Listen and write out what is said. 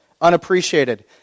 unappreciated